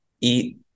eat